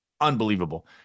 unbelievable